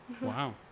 wow